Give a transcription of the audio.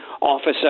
officer